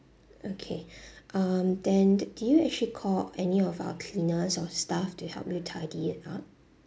okay um then d~ did you actually call any of our cleaners or staff to help you tidy it up